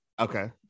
okay